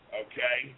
okay